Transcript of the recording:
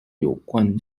有关